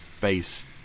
base